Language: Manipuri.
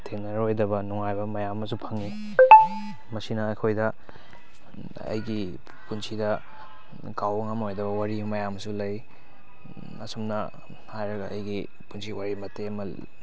ꯊꯦꯡꯅꯔꯣꯏꯗꯕ ꯅꯨꯡꯉꯥꯏꯕ ꯃꯌꯥꯝ ꯑꯃꯁꯨ ꯐꯪꯏ ꯃꯁꯤꯅ ꯑꯩꯈꯣꯏꯗ ꯑꯩꯒꯤ ꯄꯨꯟꯁꯤꯗ ꯀꯥꯎꯕ ꯉꯝꯃꯔꯣꯏꯗꯕ ꯋꯥꯔꯤ ꯃꯌꯥꯝꯁꯨ ꯂꯩ ꯑꯁꯨꯝꯅ ꯍꯥꯏꯔꯒ ꯑꯩꯒꯤ ꯄꯨꯟꯁꯤ ꯋꯥꯔꯤ ꯃꯇꯦꯛ ꯑꯃ